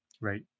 right